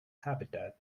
habitat